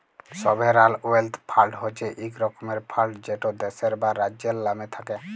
sovereign wealth fund হছে ইক রকমের ফাল্ড যেট দ্যাশের বা রাজ্যের লামে থ্যাকে